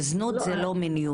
זנות זו לא מיניות.